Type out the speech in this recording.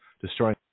destroying